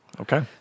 Okay